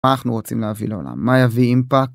מה אנחנו רוצים להביא לעולם? מה יביא אימפקט?